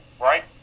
right